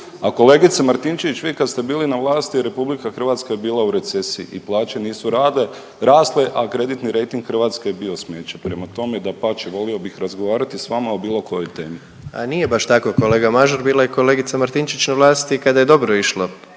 A kolegice Martinčević vi kad ste bili na vlasti, RH je bila u recesiji i plaće nisu rasle, a kreditni rejting Hrvatske je bio smeće, prema tome dapače, volio bih razgovarati s vama o bilo kojoj temi. **Jandroković, Gordan (HDZ)** A nije baš tako, kolega Mažar, bila je kolegica Martinčić na vlasti i kada je dobro išlo,